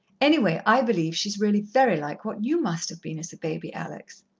anyway, i believe she's really very like what you must have been as a baby, alex!